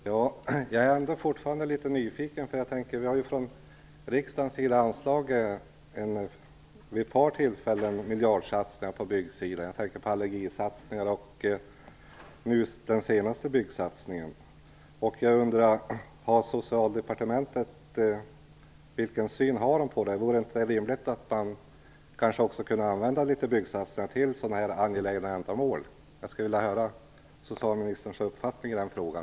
Herr talman! Jag är ändå fortfarande litet nyfiken på detta. Riksdagen har vid ett par tillfällen anslagit pengar till miljardsatsningar på byggområdet. Jag tänker på allergisatsningar och den senaste byggsatsningen. Vilken syn har Socialdepartementet på detta? Vore det inte rimligt att man också kunde använda litet av byggsatsningarna till sådana angelägna ändamål? Jag skulle vilja höra socialministerns uppfattning i den frågan.